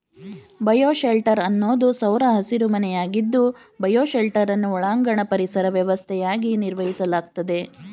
bioshelter ಅನ್ನೋದು ಸೌರ ಹಸಿರುಮನೆಯಾಗಿದ್ದು ಬಯೋಶೆಲ್ಟರನ್ನು ಒಳಾಂಗಣ ಪರಿಸರ ವ್ಯವಸ್ಥೆಯಾಗಿ ನಿರ್ವಹಿಸಲಾಗ್ತದೆ